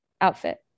outfit